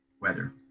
weather